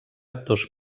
dos